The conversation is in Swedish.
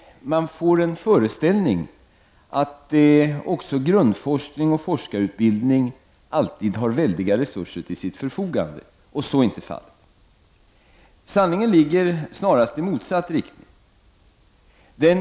Man får en föreställning att också grundforskning och forskarutbildning alltid har stora resurser till sitt förfogande. Så är inte fallet. Sanningen ligger snarast i motsatta riktningen.